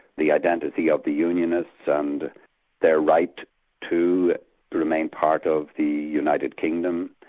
the identity of the unionists and their right to remain part of the united kingdom,